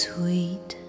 Sweet